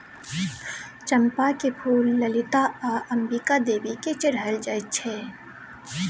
चंपाक फुल ललिता आ अंबिका देवी केँ चढ़ाएल जाइ छै